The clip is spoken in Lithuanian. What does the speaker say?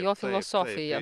jo filosofija